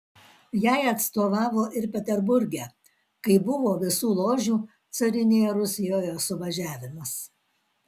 jai atstovavo ir peterburge kai buvo visų ložių carinėje rusijoje suvažiavimas